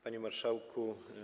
Panie Marszałku!